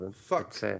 fuck